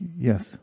Yes